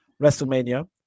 WrestleMania